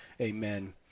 Amen